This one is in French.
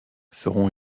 feront